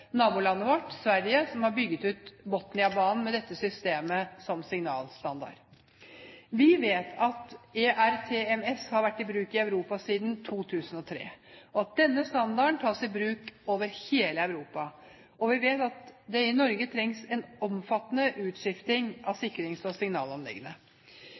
nabolandet vårt, Sverige, som har bygget ut Botniabanan med dette systemet som signalstandard. Vi vet at ERTMS har vært i bruk i Europa siden 2003, og at denne standarden tas i bruk over hele Europa. Og vi vet at det i Norge trengs en omfattende utskiftning av sikrings- og signalanleggene.